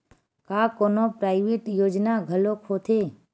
का कोनो प्राइवेट योजना घलोक होथे?